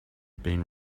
been